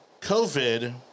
COVID